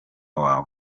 wawe